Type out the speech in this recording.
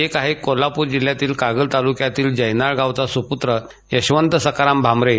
एक आहे कोल्हापूर जिल्ह्यातील कागल तालुक्यातील जयनाळ गावचा सुपूत्र यशवंत सखाराम बांबरे